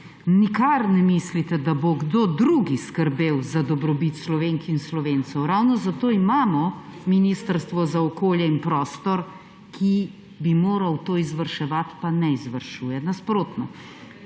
Nikar ne mislite, da bo kdo drug skrbel za dobrobit Slovenk in Slovencev, ravno zato imamo Ministrstvo za okolje in prostor, ki bi moralo to izvrševati, pa ne izvršuje. Nasprotno!